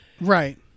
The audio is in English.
right